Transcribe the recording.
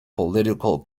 political